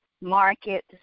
market